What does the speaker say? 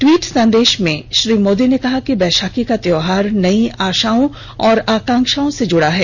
tweet संदेष में श्री मोदी ने कहा कि बैशाखी का त्यौहार नई आशाओं और आकाक्षाओं से जुड़ा है